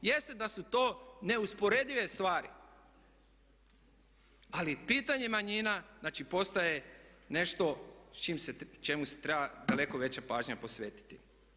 Jest da su to neusporedive stvari, ali pitanje manjina znači postaje nešto čemu se treba daleko veća pažnja posvetiti.